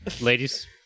ladies